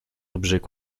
objets